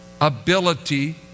ability